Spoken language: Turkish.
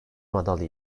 madalya